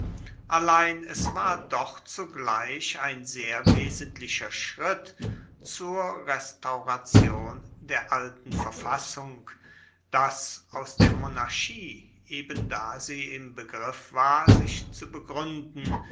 allein es war doch zugleich ein sehr wesentlicher schritt zur restauration der alten verfassung daß aus der monarchie eben da sie im begriff war sich zu begründen